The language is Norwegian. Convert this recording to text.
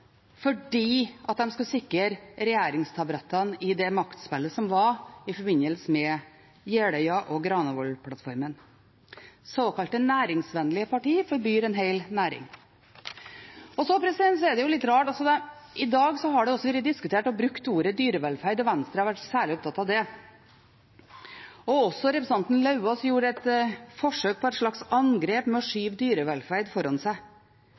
fordi de skal sikre regjeringstaburettene i det maktspillet som var i forbindelse med Jeløya- og Granavolden-plattformene. Såkalte næringsvennlige partier forbyr en hel næring. Og så er det jo litt rart: I dag har ordet «dyrevelferd» vært diskutert og brukt, og Venstre har vært særlig opptatt av det. Også representanten Eidem Løvaas gjorde et forsøk på et slags angrep ved å skyve dyrevelferd foran seg.